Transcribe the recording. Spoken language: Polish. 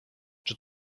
czy